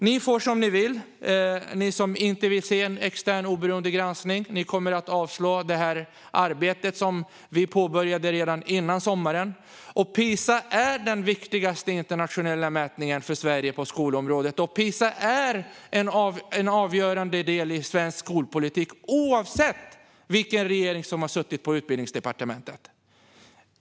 Ni får som ni vill, ni som inte vill se en extern oberoende granskning. Ni kommer att avslå det här förslaget, som vi påbörjade arbetet med redan före sommaren. PISA är den viktigaste internationella mätningen för Sverige på skolområdet. PISA är en avgörande del i svensk skolpolitik - så har det varit oavsett vilken regering som har suttit på Utbildningsdepartementet.